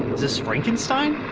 this frankenstein?